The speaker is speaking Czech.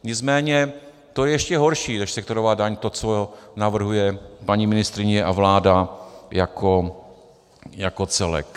Nicméně to je ještě horší než sektorová daň, to, co navrhují paní ministryně a vláda jako celek.